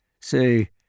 Say